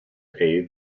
aid